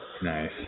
Nice